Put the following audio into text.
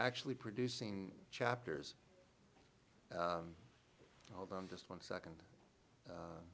actually producing chapters hold on just one second